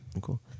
cool